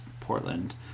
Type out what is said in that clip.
Portland